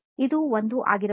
ಇದು ಒಂದು ಆಗಿರಬಹುದು